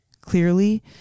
clearly